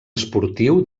esportiu